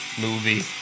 Movie